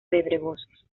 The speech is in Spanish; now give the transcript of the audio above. pedregosos